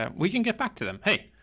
um we can get back to them. hey,